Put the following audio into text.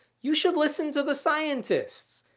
you should listen to the scientists.